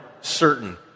certain